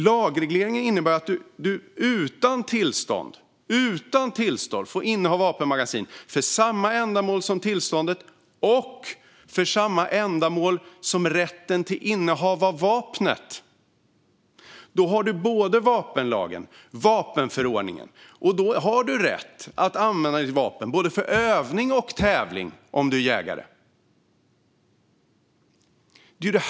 Lagregleringen innebär att du utan tillstånd får inneha vapenmagasin för samma ändamål som tillståndet och för samma ändamål som rätten till innehav av vapnet. Då har vi alltså både vapenlagen och vapenförordningen, och då har du rätt att använda ditt vapen för både övning och tävling om du är jägare.